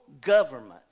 government